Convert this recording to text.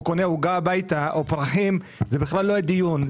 והוא קונה עוגה הביתה או פרחים זה בכלל לא הדיון,